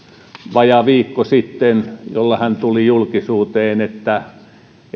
vajaa viikko sitten julkisuuteen että